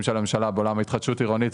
של הממשלה בעולם של התחדשות עירונית,